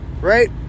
right